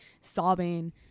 sobbing